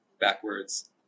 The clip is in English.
Backwards